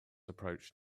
approached